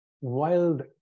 wild